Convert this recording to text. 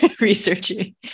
researching